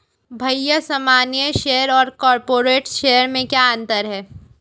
भैया सामान्य शेयर और कॉरपोरेट्स शेयर में क्या अंतर है?